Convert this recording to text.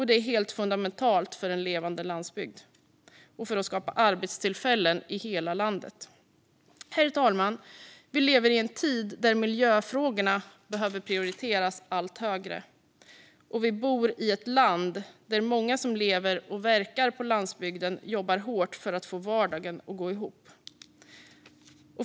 Det är helt fundamentalt för en levande landsbygd och för att skapa arbetstillfällen i hela landet. Herr talman! Vi lever i en tid när miljöfrågorna behöver prioriteras allt högre, och vi bor i ett land där många som lever och verkar på landsbygden jobbar hårt för att få vardagen att gå ihop.